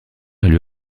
lui